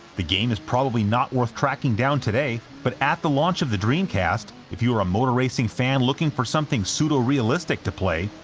the game is probably not worth tracking down today, but at the launch of the dreamcast, if you were a motor racing fan looking for something pseudo-realistic to play,